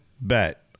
bet